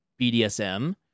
BDSM